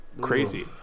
crazy